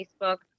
Facebook